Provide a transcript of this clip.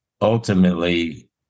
ultimately